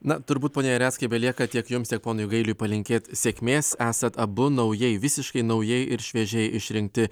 na turbūt pone jareckai belieka tiek jums ir ponui gailiui palinkėti sėkmės esat abu naujai visiškai naujai ir šviežiai išrinkti